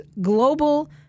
global